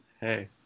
Hey